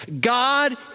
God